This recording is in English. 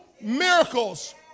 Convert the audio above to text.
miracles